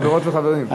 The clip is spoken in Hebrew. חברות וחברים.